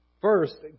First